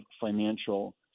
financial